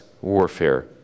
warfare